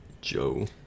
Joe